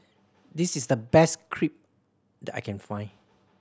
this is the best Crepe that I can find